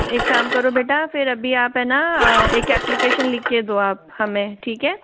एक काम करो बेटा फिर अभी आप है ना एक ऐप्लिकैशन लिख के दो आप हमें ठीक है